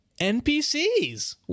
NPCs